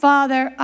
Father